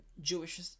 Jewish